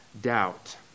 doubt